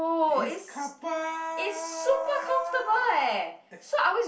is couple